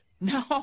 No